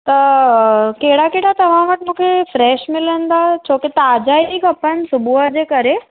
त कहिड़ा कहिड़ा तव्हां वटि मूंखे फ्रेश मिलंदा छोकी ताज़ा ई खपेनि सुबुह जंहिं करे